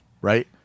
right